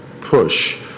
push